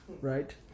Right